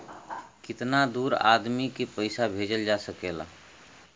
कितना दूर आदमी के पैसा भेजल जा सकला?